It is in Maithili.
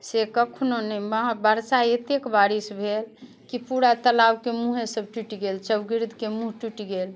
से कखनो नहि बरसा एतेक बारिश भेल की पूरा तालाबके मुँहे सब टूटि गेल छै चौगिर्दके मुँह टूटि गेल